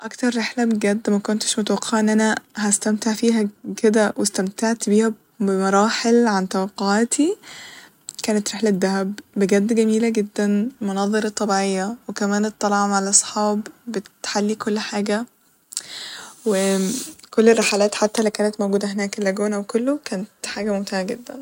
أكتر رحلة بجد مكنتش متوقعة إن أنا هستمتع فيها كده واستمعت بيها بمراحل عن توقعاتي كانت رحلة دهب ، بجد جميلة جدا ، مناظر طبيعية وكمان الطلعة مع الصحاب بتحلي كل حاجة و كل الرحلات اللي كانت موجودة هناك اللاجونا وكله ، كانت حاجة ممتعة جدا